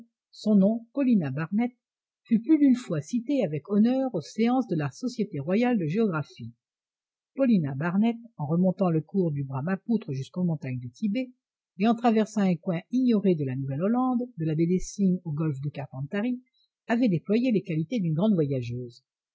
son nom paulina barnett fut plus d'une fois cité avec honneur aux séances de la société royale de géographie paulina barnett en remontant le cours du bramapoutre jusqu'aux montagnes du tibet et en traversant un coin ignoré de la nouvelle-hollande de la baie des cygnes au golfe de carpentarie avait déployé les qualités d'une grande voyageuse